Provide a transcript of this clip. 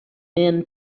men